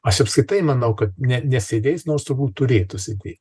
aš apskritai manau kad ne nesėdės nors turbūt turėtų sėdėt